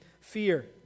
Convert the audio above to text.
fear